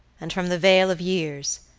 and from the vale of years,